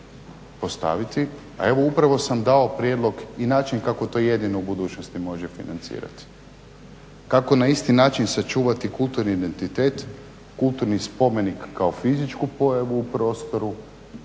postaviti, a evo upravo sam dao prijedlog i način kako to jedino u budućnosti može financirati, kako na isti način sačuvati kulturni identitet, kulturni spomenik kao fizičku pojavu u prostoru